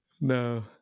no